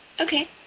Okay